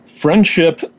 Friendship